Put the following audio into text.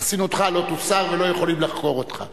חסינותך לא תוסר ולא יכולים לחקור אותך,